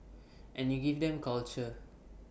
and you give them culture